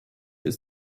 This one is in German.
ist